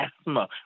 asthma